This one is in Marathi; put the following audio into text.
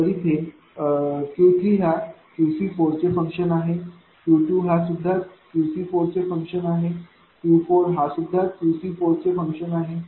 तर इथे Q3 हा QC4चे फंगक्शन आहे Q2 हा सुद्धा QC4चे फंगक्शन आहे Q4 हा सुद्धा QC4चे फंगक्शन आहे